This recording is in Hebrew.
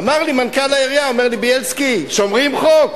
אמר לי מנכ"ל העירייה: בילסקי, שומרים חוק?